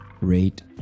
rate